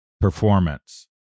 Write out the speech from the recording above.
performance